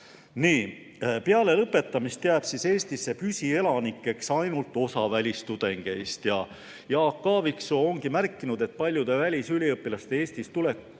Peale lõpetamist jääb Eestisse püsielanikeks ainult osa välistudengeist. Jaak Aaviksoo on märkinud, et paljude välisüliõpilaste Eestisse tuleku